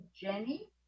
jenny